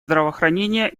здравоохранения